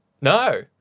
No